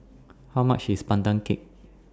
How much IS Pandan Cake